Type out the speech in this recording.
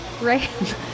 right